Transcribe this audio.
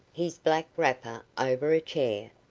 his black wrapper over a chair,